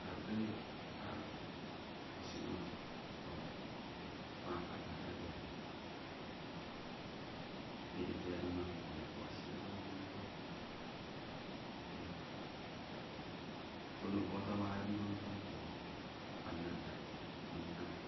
Agee a' osinoke o sipakana nado welete alimampo napo asila gawemampo. tonobotawalimampo ewo, pannana nikampo.